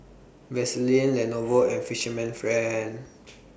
Vaseline Lenovo and Fisherman's Friend